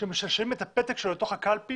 וכאשר משלשלים את הפתק שלו לקלפי